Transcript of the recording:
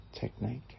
technique